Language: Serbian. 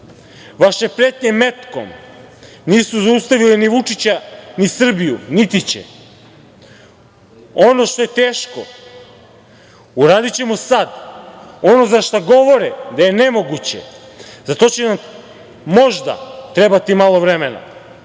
vaše pretnje metkom nisu zaustavile ni Vučića, ni Srbiju, niti će. Ono što je teško uradićemo sad, ono za šta govore da je nemoguće za to će nam možda trebati malo vremena,